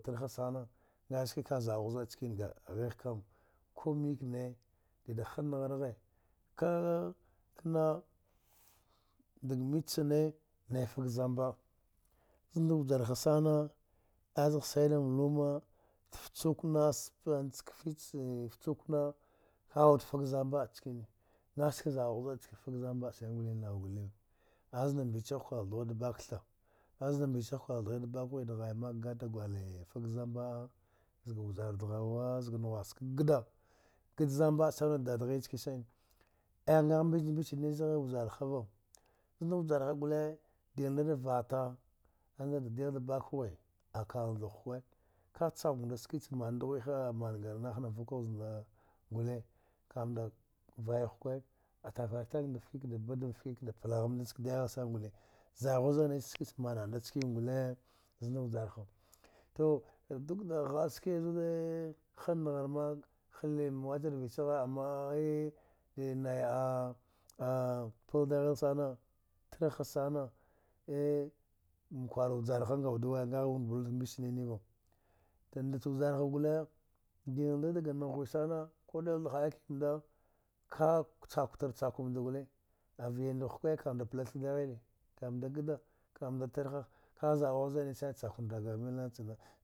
Trgha sana, a ski zidku ka zidu zidu ndkana ghe ghe es kam, ku mikeni dida hnaragha ka, kana dga mbicine naya fga zamba, ise nda vjaraha sana azghe suwa da mla luma taci ngsha plan ne ficina, fucina ga wudu fga zamba nickena kha a ski zidu zida nickena nawa gwalva, azin mbiecine gwal duhu da tha, azin mbiei kha da bgatta hwe da haya mka fga zamba an na zga vjara deghwa zaga nughwasa ka gda, gda zamba wude dada ghine nickena ngha mbiei mbieine va zagha vjarava, nda vjara gwal dile nda da vata zda dile da baka hwe, kla ka hukwe ka cha tsava nda sikini man ga dughwede, mnaga lagha gwal ka nda vay hukwe, tagre tab nda fki ka ba gla hukwci da fki, ka nde pladile neka pla dahila shine gwal zidu-zidu a ski tle cha man cikena gwal zda vjara to duk da h ghada ski zina, ski ghanari mna halema zi wuce rvi amma da nay ha pla daghile tragha sani alkwara vjara awad ga hi kha b bla ka mbiciyava, ta nda cha vjaragha gwal tighe nda da nagha ghwe sana ka chu tar chu wude gwal, vinda hukwe ka pla daghile, gda, ga nda tigha ka zidu zida na chukwa ga mil nana.